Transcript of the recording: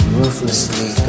ruthlessly